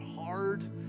hard